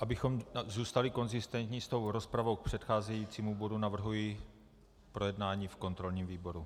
Abychom zůstali konzistentní s rozpravou k předcházejícímu bodu, navrhuji projednání v kontrolním výboru.